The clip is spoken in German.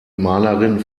malerin